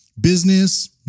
business